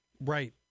Right